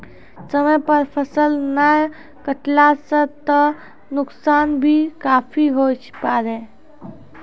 समय पर फसल नाय कटला सॅ त नुकसान भी काफी हुए पारै